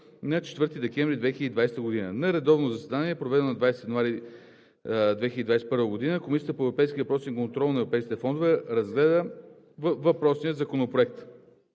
на 4 декември 2020 г. На редовно заседание, проведено на 20 януари 2021 г., Комисията по европейските въпроси и контрол на европейските фондове разгледа въпросния законопроект.